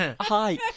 Hi